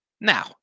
Now